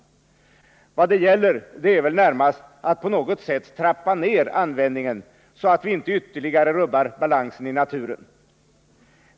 Vad det gäller är väl närmast att på något vis trappa ner användningen så att vi inte ytterligare rubbar balansen i naturen.